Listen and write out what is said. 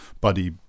buddy